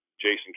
Jason